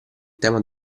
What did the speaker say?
tema